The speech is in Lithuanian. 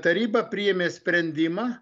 taryba priėmė sprendimą